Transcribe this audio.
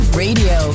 radio